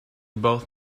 both